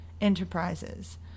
Enterprises